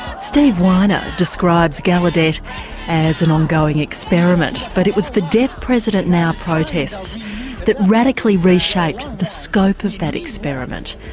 stephen weiner describes gallaudet as an ongoing experiment but it was the deaf president now protests that radically reshaped the scope of that experiment,